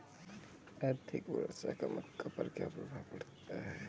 अधिक वर्षा का मक्का पर क्या प्रभाव पड़ेगा?